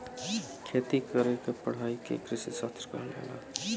खेती करे क पढ़ाई के कृषिशास्त्र कहल जाला